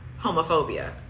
homophobia